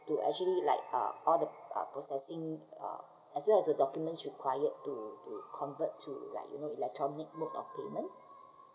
to actually like uh all the uh processing uh as well as the documents required to to convert to like you know electronic mode of payment